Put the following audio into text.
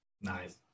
Nice